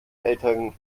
eltern